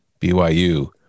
BYU